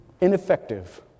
ineffective